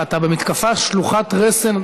אתה במתקפה שלוחת רסן,